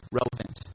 relevant